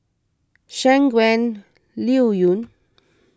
Shangguan Liuyun